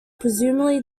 presumably